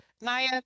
Naya